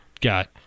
got